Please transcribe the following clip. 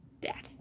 Dad